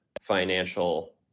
financial